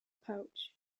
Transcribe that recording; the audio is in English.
pouch